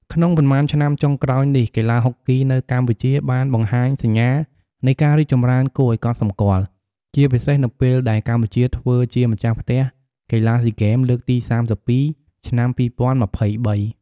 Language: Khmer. ក្នុងប៉ុន្មានឆ្នាំចុងក្រោយនេះ កីឡាហុកគីនៅកម្ពុជាបានបង្ហាញសញ្ញានៃការរីកចម្រើនគួរឲ្យកត់សម្គាល់ ជាពិសេសនៅពេលដែលកម្ពុជាធ្វើជាម្ចាស់ផ្ទះ កីឡាស៊ីហ្គេមលើកទី៣២ ឆ្នាំ២០២៣។